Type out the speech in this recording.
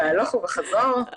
בהלוך ובחזור,